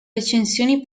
recensioni